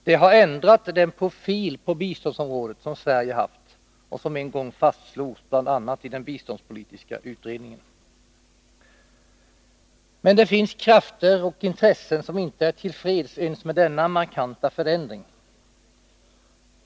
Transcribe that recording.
Det har ändrat den profil på biståndsområdet som Sverige haft och som en gång fastslogs i bl.a. den biståndspolitiska utredningen. Men det finns krafter och intressen som inte är till freds ens med denna markanta förändring.